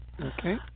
Okay